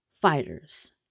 fighters